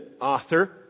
author